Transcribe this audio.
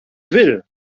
will